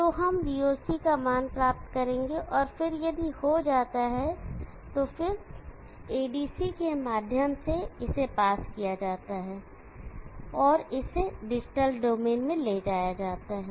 तो हम voc का मान प्राप्त करेंगे और फिर यदि हो जाता है तो फिर ADC के माध्यम से इसे पास किया जाता है तो इसे डिजिटल डोमेन में ले जाया जा सकता है